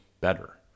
better